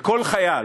וכל חייל